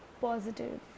positive